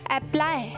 apply